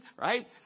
right